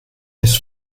his